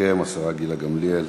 תסכם השרה גילה גמליאל.